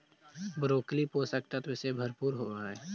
broccoli पोषक तत्व से भरपूर होवऽ हइ